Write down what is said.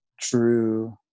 true